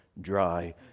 dry